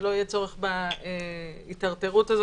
שלא יהיה צורך בטרטור הזה.